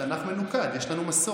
התנ"ך מנוקד, יש לנו מסורת.